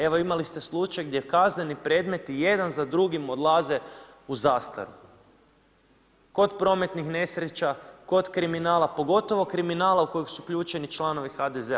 Evo imali ste slučaj gdje kazneni predmeti jedan za drugim odlaze u zastaru kod prometnih nesreća, kod kriminala, pogotovo kriminala u kojeg su uključeni članovi HDZ-a.